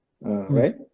right